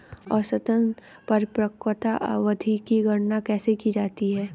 औसत परिपक्वता अवधि की गणना कैसे की जाती है?